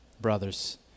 brothers